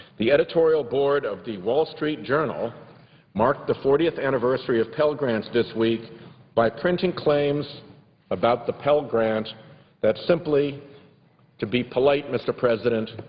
the editorial board of the wall street journal marked the fortieth anniversary of pell grants this week by printing claims about the pell grant that to be polite, mr. president,